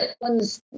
One's